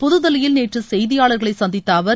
புதுதில்லியில் நேற்று செய்தியாளர்களை சந்தித்த அவர்